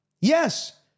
Yes